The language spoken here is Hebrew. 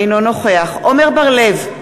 אינו נוכח עמר בר-לב,